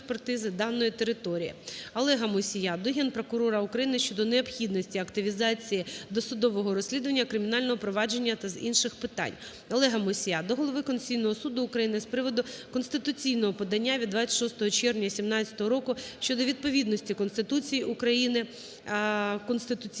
Олега Мусія до Голови Конституційного суду України з приводу конституційного подання від 26 червня 17-го року щодо відповідності Конституції України (конституційності)